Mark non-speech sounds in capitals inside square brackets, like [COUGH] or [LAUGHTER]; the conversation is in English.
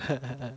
[LAUGHS]